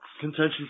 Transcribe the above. contention